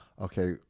Okay